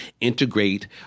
integrate